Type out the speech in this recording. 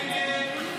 הסתייגות 8 לא נתקבלה.